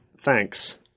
Thanks